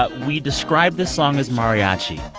but we described this song as mariachi.